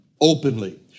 openly